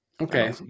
okay